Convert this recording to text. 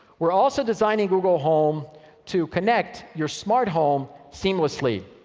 we're also designing google home to connect your smart home seamlessly.